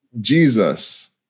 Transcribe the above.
Jesus